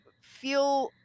feel